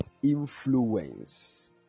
influence